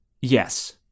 Yes